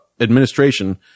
administration